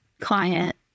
client